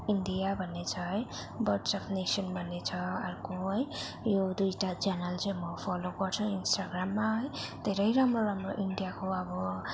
India भन्ने छ है बर्ड्स अफ नेसन भन्ने छ अर्को है यो दुईवटा च्यानल चाहिँ म फलो गर्छु इन्सटाग्राममा है धेरै राम्रो राम्रो इन्डियाको अब